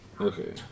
Okay